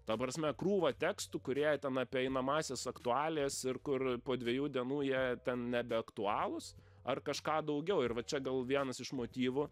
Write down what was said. ta prasme krūvą tekstų kurie ten apie einamąsias aktualijas ir kur po dviejų dienų jie ten nebeaktualūs ar kažką daugiau ir va čia gal vienas iš motyvų